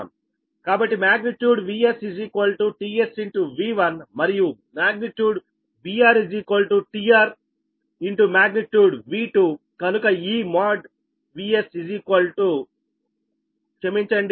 కాబట్టి మాగ్నిట్యూడ్ |VS|tSV1మరియు magnitude |VR|tR your tRmagnitude |V2|